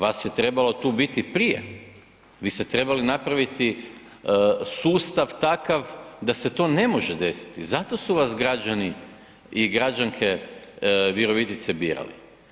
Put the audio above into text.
Vas je trebalo tu biti prije, vi ste trebali napraviti sustav takav da se to ne može desiti, zato su vas građani i građanke Virovitice birali.